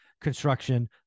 construction